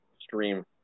stream